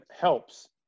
helps